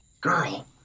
Girl